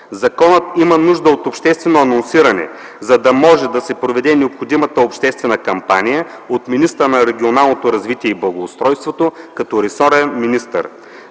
Законът има нужда от обществено анонсиране, за да може да се проведе необходимата обществена кампания от министъра на регионалното развитие и благоустройството като ресорен министър.